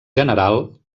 general